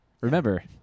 Remember